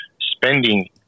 spending